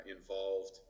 involved